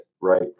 right